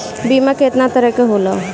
बीमा केतना तरह के होला?